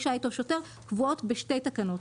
קבועות בשתי תקנות.